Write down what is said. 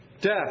Death